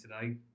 today